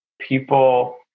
people